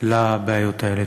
לבעיות האלה.